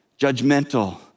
judgmental